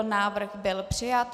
Návrh byl přijat.